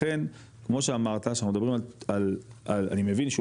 לכן כמו שאמרת שאנחנו מדברים על אני מבין שהוא